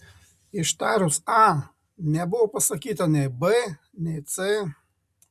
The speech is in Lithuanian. ištarus a nebuvo pasakyta nei b nei c